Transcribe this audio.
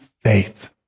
faith